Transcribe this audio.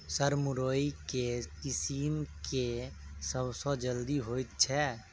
Sir मुरई केँ किसिम केँ सबसँ जल्दी होइ छै?